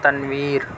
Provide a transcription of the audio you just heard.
Tanveer